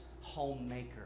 homemaker